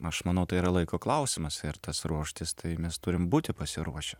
aš manau tai yra laiko klausimas ir tas ruoštis tai mes turim būti pasiruošę